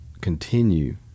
continue